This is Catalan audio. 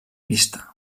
vista